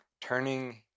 Turning